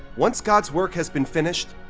once god's work has been finished,